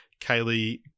kaylee